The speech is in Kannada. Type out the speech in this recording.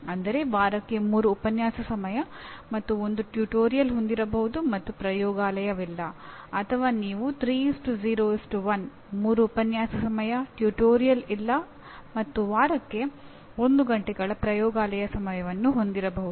ಆದರೆ ಪಚಾರಿಕವಾಗಿ ಆ ಪದಗಳನ್ನು ಪುನಃ ಪರಿಚಯಿಸುವುದು ಅವಶ್ಯಕ ಮತ್ತು ಅದು ಈ ನಿರ್ದಿಷ್ಟ ಪಠ್ಯದ ಪ್ರಮುಖ ಗುರಿಯಾಗಿದೆ